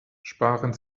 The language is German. sparen